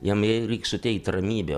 jam reik suteikt ramybę